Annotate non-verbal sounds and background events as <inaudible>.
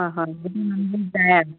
হয় হয় <unintelligible>